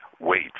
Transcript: wait